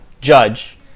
judge